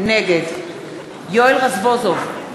נגד יואל רזבוזוב,